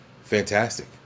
fantastic